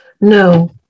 No